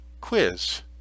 quiz